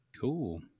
cool